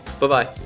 Bye-bye